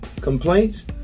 Complaints